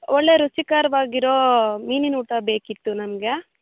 ಒಳ್ಳೆ ರುಚಿಕರವಾಗಿರೋ ಮೀನಿನೂಟ ಬೇಕಿತ್ತು ನನಗೆ